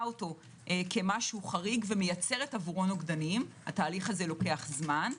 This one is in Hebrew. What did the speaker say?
אותו כמשהו חריג ומייצרת נגדו נוגדנים התהליך הזה לוקח זמן.